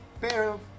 pero